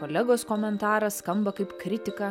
kolegos komentaras skamba kaip kritika